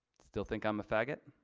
still think i'm a faggot.